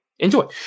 Enjoy